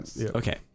Okay